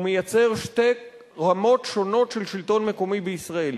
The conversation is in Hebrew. הוא מייצר שתי רמות שונות של שלטון מקומי בישראל.